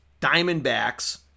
Diamondbacks